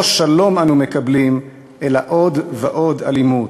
לא שלום אנו מקבלים אלא עוד ועוד אלימות.